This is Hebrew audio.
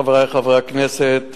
חברי חברי הכנסת,